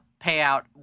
payout